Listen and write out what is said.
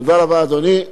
תודה, אדוני.